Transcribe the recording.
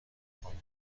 کنم